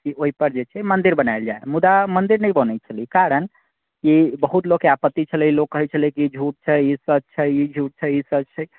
कि ओहि पर जे छै मन्दिर बनाएल जाइत मुदा मन्दिर नहि बनै छलै कारण कि बहुत लोककेँ आपत्ति छलै लोक कहैत छलै कि ई झूठ छै ई सच छै ई झूठ छै ई सच छै